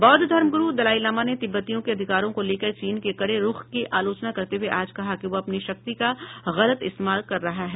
बौद्ध धर्मगुरू दलाईलामा ने तिब्बतियों के अधिकारों को लेकर चीन के कड़े रुख की आलोचना करते हये आज कहा कि वह अपनी शक्ति का गलत इस्तेमाल कर रहा है